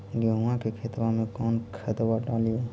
गेहुआ के खेतवा में कौन खदबा डालिए?